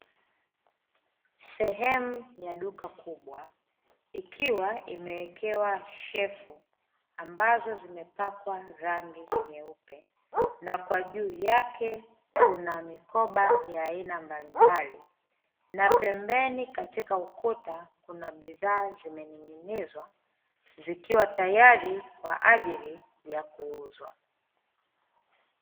Sehemu ya duka kubwa ikiwa imewekewa shelfu ambazo zimepakwa rangi nyeupe, na kwa juu yake kuna mikoba ya aina mbalimbali, na pembeni katika ukuta kuna bidhaa zimening'inizwa, zikiwa tayari kwa ajili ya kuuzwa.